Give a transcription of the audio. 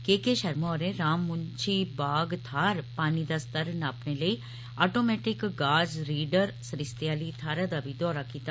के K Sharma होरें रामम्न्शी बाग थार पानी दा स्तर नापने लेई आटोमैटिक गाज रीडर सरिस्ते आली थारै दा बी दौरा कीता